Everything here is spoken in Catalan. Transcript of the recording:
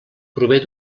prové